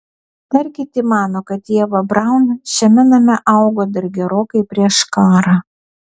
dar kiti mano kad ieva braun šiame name augo dar gerokai prieš karą